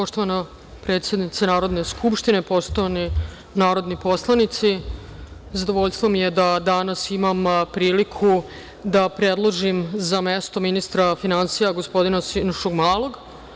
Poštovana predsednice Narodne skupštine, poštovani narodni poslanici, zadovoljstvo mi je da danas imam priliku da predložim za mesto ministra finansija gospodina Sinišu Malog.